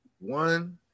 One